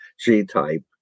G-type